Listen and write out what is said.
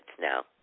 now